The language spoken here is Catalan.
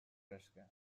fresca